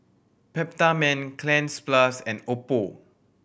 Peptamen Cleanz Plus and Oppo